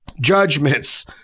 judgments